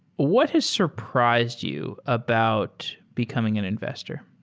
what has surprised you about becoming an investor?